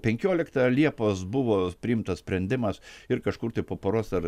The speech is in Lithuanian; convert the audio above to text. penkioliktą liepos buvo priimtas sprendimas ir kažkur tai po poros ar